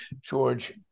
George